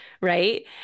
right